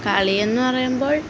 കളിയെന്നു പറയുമ്പോൾ